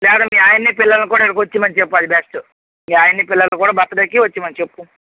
లేదా మీ ఆయన్ని పిల్లల్ని కూడా ఇక్కడికొచ్చేయమని చెప్పు అది బెస్టు మీ ఆయన్ని పిల్లల్ని కూడా బర్త్ డే కి వచ్చేయమని చెప్పు